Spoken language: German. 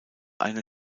eine